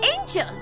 angel